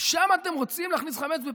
ולשם אתם רוצים להכניס חמץ בפסח?